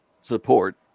support